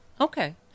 Okay